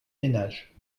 ménages